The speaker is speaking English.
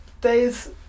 Days